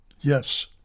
Yes